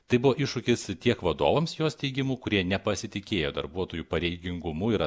tai buvo iššūkis tiek vadovams jos teigimu kurie nepasitikėjo darbuotojų pareigingumu ir atsakomybe